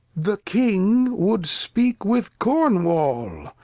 the king wou'd speak with cornwal,